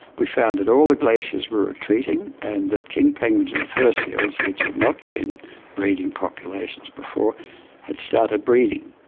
we found that all the glaciers were retreating and that king penguins and fur seals which had not been breeding populations before had started breeding.